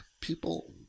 people